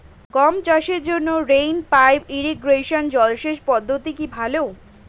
গম চাষের জন্য রেইন পাইপ ইরিগেশন জলসেচ পদ্ধতিটি কি ভালো?